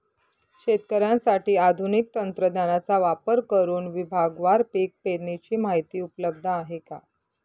शेतकऱ्यांसाठी आधुनिक तंत्रज्ञानाचा वापर करुन विभागवार पीक पेरणीची माहिती उपलब्ध आहे का?